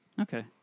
Okay